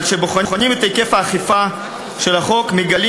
אבל כשבוחנים את היקף האכיפה של החוק מגלים